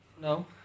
No